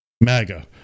MAGA